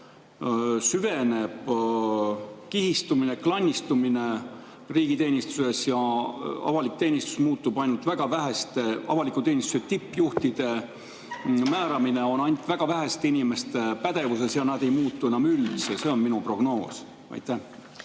süveneb kihistumine, klannistumine riigiteenistuses ja avalik teenistus muutub nii, et avaliku teenistuse tippjuhtide määramine on ainult väga väheste inimeste pädevuses ja [need tippjuhid] ei muutu enam üldse. See on minu prognoos. Ei,